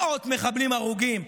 מאות מחבלים הרוגים.